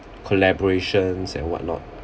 collaborations and what not